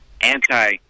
anti-